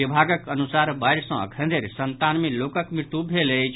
विभागक अनुसार बाढ़ि सँ एखन धरि संतानवे लोकक मृत्यु भेल अछि